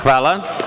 Hvala.